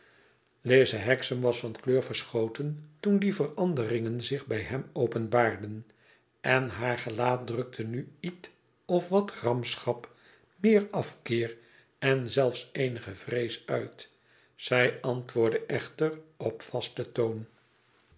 lize hexam was van kleur verschoten toen die veranderingen zich bij hem openbaarden en haar gelaat drukte nu iet of wat gramschap meer afkeer en zelfs eenige vrees uit zij antwoordde echter op vasten toon